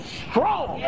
strong